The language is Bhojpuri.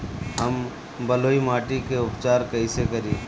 हम बलुइ माटी के उपचार कईसे करि?